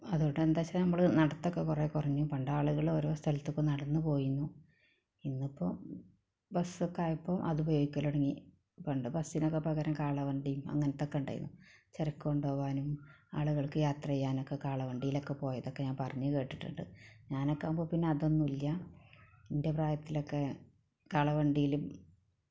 അതുകൊണ്ട് എന്താന്ന് വെച്ചാൽ നമ്മൾ നടത്തമൊക്കെ കുറെ കുറഞ്ഞു പണ്ട് ആളുകള് ഓരോ സ്ഥലത്ത്ക്ക് ഇപ്പോൾ നടന്ന് പോയിരുന്നു ഇന്നിപ്പോൾ ബസ്സൊക്കെയായപ്പോൾ അത് ഉപയോഗിക്കൽ തുടങ്ങി പണ്ട് ബസ്സിനൊക്കെ പകരം കാളവണ്ടിയും അങ്ങനത്തെ ഒക്കെ ഉണ്ടായിരുന്നു ചരക്ക് കൊണ്ടുപോകാനും ആളുകൾക്ക് യാത്ര ചെയ്യാനുമൊക്കെ കാളവണ്ടിയിലൊക്കെ പോയതൊക്കെ ഞാൻ പറഞ്ഞ് കേട്ടിട്ടുണ്ട് ഞാനൊക്കെ ആകുമ്പോൾ പിന്നെ അതൊന്നും ഇല്ല എൻ്റെ പ്രായത്തിലൊക്കെ കാള വണ്ടിയിലും